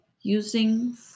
Using